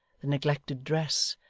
the neglected dress,